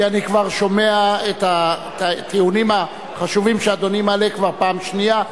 כי אני כבר שומע את הטיעונים החשובים שאדוני מעלה כבר פעם שנייה,